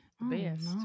best